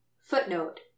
Footnote